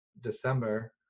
December